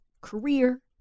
career